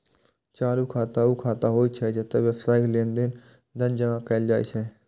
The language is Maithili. चालू खाता ऊ खाता होइ छै, जतय व्यावसायिक लेनदेन लेल धन जमा कैल जाइ छै